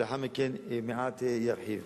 ולאחר מכן מעט ארחיב.